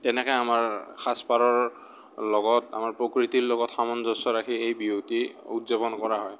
তেনেকৈ আমাৰ সাজপাৰৰ লগত আমাৰ প্ৰকৃতিৰ লগত সামঞ্জস্য় ৰাখি বিহুটি উদযাপন কৰা হয়